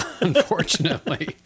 unfortunately